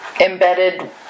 embedded